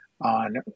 on